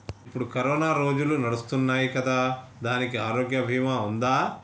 ఇప్పుడు కరోనా రోజులు నడుస్తున్నాయి కదా, దానికి ఆరోగ్య బీమా ఉందా?